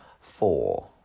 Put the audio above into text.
Four